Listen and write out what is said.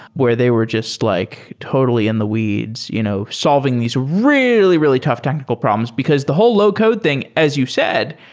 where, they were just like totally in the weeds, you know solving these really, really tough technical problems, because the whole low code thing, as you said,